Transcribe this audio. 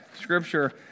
Scripture